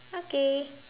okay